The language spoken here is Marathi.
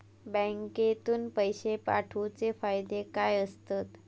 बँकेतून पैशे पाठवूचे फायदे काय असतत?